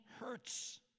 hurts